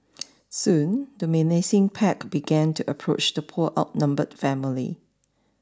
soon the menacing pack began to approach the poor outnumbered family